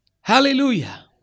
Hallelujah